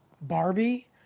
Barbie